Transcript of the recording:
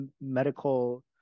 medical